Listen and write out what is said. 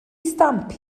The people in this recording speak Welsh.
stamp